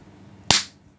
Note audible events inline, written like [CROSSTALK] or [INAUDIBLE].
[NOISE]